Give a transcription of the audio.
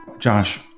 Josh